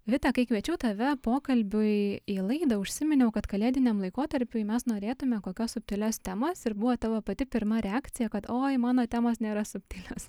vita kai kviečiau tave pokalbiui į laidą užsiminiau kad kalėdiniam laikotarpiui mes norėtume kokios subtilios temas ir buvo tavo pati pirma reakcija kad oi mano temos nėra subtilios